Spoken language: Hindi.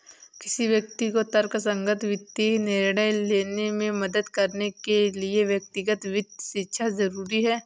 किसी व्यक्ति को तर्कसंगत वित्तीय निर्णय लेने में मदद करने के लिए व्यक्तिगत वित्त शिक्षा जरुरी है